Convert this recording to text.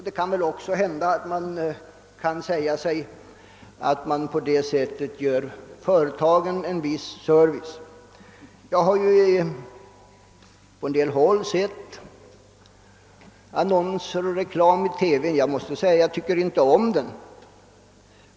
Det kan väl också hända att åt företagen på det sättet ges en viss service. Jag har på en del håll sett annonser och reklam i TV, men jag måste säga att jag inte tycker om det.